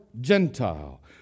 Gentile